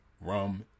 rum